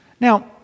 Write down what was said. Now